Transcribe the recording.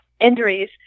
injuries